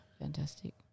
Fantastic